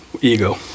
ego